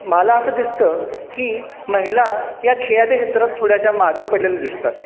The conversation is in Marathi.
मला असं दिसतं की महिला या खेळाच्या क्षेत्रात थोड्याशा मागे पडलेल्या दिसतात